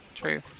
true